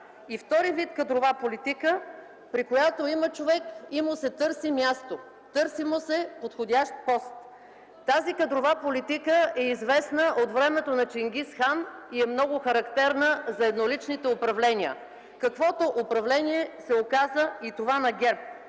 И вторият вид кадрова политика, при която има човек и му се търси място. Търси му се подходящ пост. Тази кадрова политика е известна от времето на Чингиз Хан и е много характерна за едноличните управления, каквото управление се оказа и това на ГЕРБ.